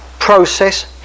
process